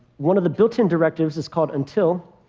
one of the built-in directives is called until.